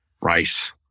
rice